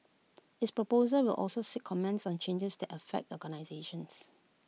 its proposals will also seek comments on changes that affect organisations